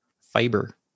Fiber